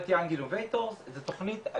innovators זאת תוכנית,